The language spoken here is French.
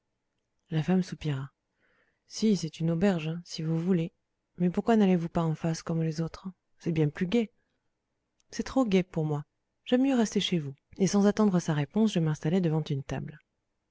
la femme soupira si c'est une auberge si vous voulez mais pourquoi n'allez-vous pas en face comme les autres c'est bien plus gai c'est trop gai pour moi j'aime mieux rester chez vous et sans attendre sa réponse je m'installai devant une table